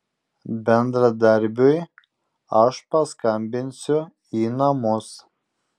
bendradarbiui aš paskambinsiu į namus